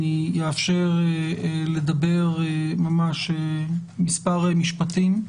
אני אאפשר לדבר ממש מספר משפטים.